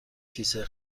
کیسه